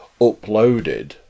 uploaded